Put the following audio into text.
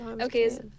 Okay